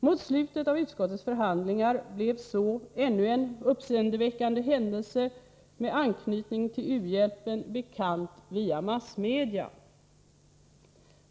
Mot slutet av utskottets förhandlingar blev så ännu en uppseendeväckande händelse med anknytning till u-hjälpen bekant via massmedia.